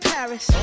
Paris